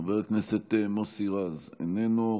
חבר הכנסת מוסי רז, איננו.